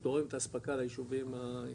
תורם את האספקה ליישובים הישראלים,